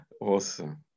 awesome